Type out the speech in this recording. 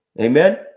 amen